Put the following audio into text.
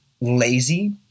lazy